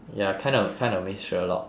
ya kind of kind of miss sherlock